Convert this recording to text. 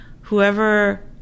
whoever